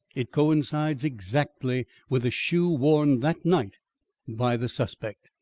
it coincides exactly with the shoe worn that night by the suspect.